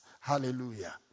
Hallelujah